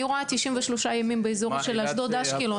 אני רואה 93 ימים באזור של אשדוד אשקלון.